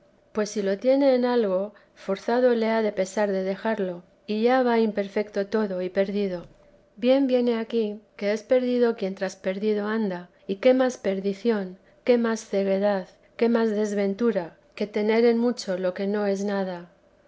pues si lo tiene en algo forzado le ha de pesar de dejarlo y ya va imperfeto todo y perdido bien viene aquí que es perdido quien tras perdido anda y qué más perdición qué más ceguedad qué más desventura que tener en mucho lo que no es nada